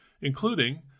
including